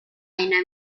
اینا